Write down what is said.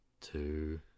two